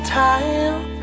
time